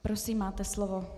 Prosím, máte slovo.